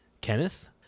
Kenneth